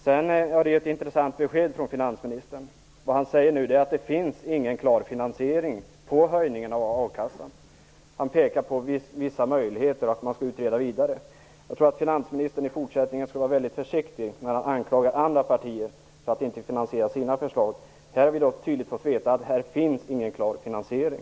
Det var ett intressant besked från finansministern. Det han nu säger är att det inte finns någon klar finansiering för höjningen av a-kasseersättningen. Han pekar på vissa möjligheter och säger att man skall utreda vidare. Jag tror att finansministern i fortsättningen skall vara väldigt försiktig när han anklagar andra partier för att inte finansiera sina förslag. Här har vi i dag tydligt fått veta att det inte finns någon klar finansiering.